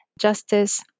justice